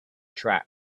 track